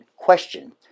question